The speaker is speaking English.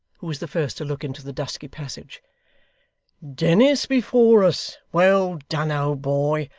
who was the first to look into the dusky passage dennis before us! well done, old boy.